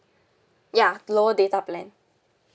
ya lower data plan